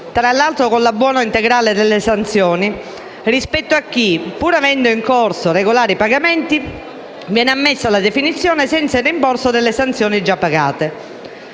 pagamento (con l'abbuono integrale delle sanzioni) rispetto a chi, pur avendo in corso regolari pagamenti, viene ammesso alla definizione senza il rimborso delle sanzioni già pagate.